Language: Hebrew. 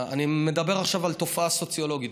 אני מדבר עכשיו על תופעה סוציולוגית.